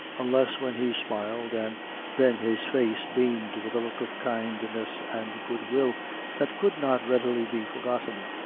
unless when he smiled, and then his face beamed with a look of kindness and goodwill that could not readily be forgotten.